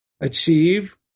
achieve